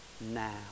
now